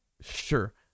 sure